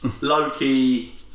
Loki